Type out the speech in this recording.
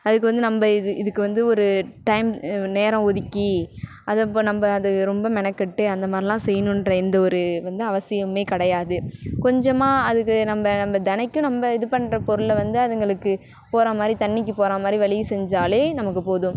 அதுக்கு வந்து நம்ம இது இதுக்கு வந்து ஒரு டைம் நேரம் ஒதுக்கி அதை இப்போ நம்ம அது ரொம்ப மெனக்கெட்டு அந்த மாதிரிலாம் செய்யணும்ன்ற எந்த ஒரு வந்து அவசியமும் கிடையாது கொஞ்சமாக அதுக்கு நம்ம நம்ம தினைக்கும் நம்ம இது பண்ணுற பொருளை வந்து அதுங்களுக்கு போற மாதிரி தண்ணிக்கி போற மாதிரி வழிய செஞ்சாலே நமக்கு போதும்